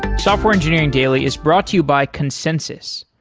software engineering daily is brought to by consensys.